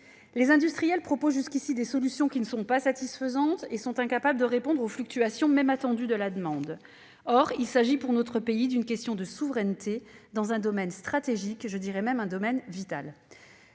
Les industriels proposent jusqu'ici des solutions qui ne sont pas satisfaisantes et sont incapables de répondre aux fluctuations, même attendues, de la demande. Or il s'agit pour notre pays d'une question de souveraineté dans un domaine stratégique, je dirais même vital.